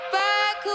back